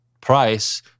price